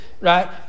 right